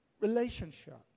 relationship